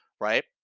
Right